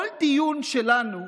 כל דיון שלנו,